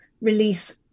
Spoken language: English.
release